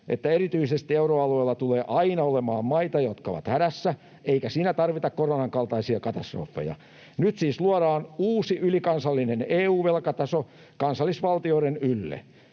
että erityisesti euroalueella tulee aina olemaan maita, jotka ovat hädässä, eikä siinä tarvita koronan kaltaisia katastrofeja. Nyt siis luodaan uusi ylikansallinen EU-velkataso kansallisvaltioiden ylle.